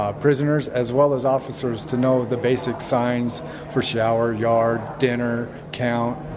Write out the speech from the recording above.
ah prisoners as well as officers to know the basic signs for shower, yard, dinner, count,